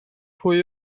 pwy